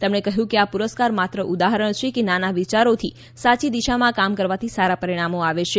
તેમણે કહ્યું કે આ પુરસ્કાર માત્ર ઉદાહરણ છે કે નાના વિચારોથી સાચી દિશામાં કામ કરવાથી સારા પરિણામો આવે છે